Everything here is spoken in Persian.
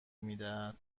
میدهد